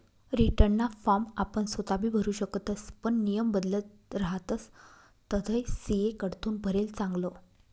रीटर्नना फॉर्म आपण सोताबी भरु शकतस पण नियम बदलत रहातस तधय सी.ए कडथून भरेल चांगलं